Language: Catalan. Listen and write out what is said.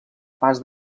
pas